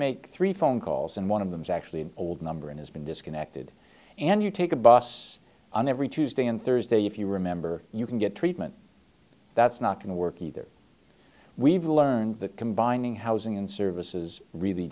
make three phone calls and one of them is actually an old number and has been disconnected and you take a bus on every tuesday and thursday if you remember you can get treatment that's not going to work either we've learned that combining housing and services really